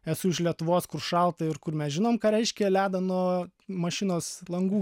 esu iš lietuvos kur šalta ir kur mes žinom ką reiškia ledą nuo mašinos langų